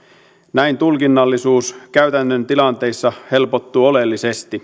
näin tulkinnallisuus käytännön tilanteissa helpottuu oleellisesti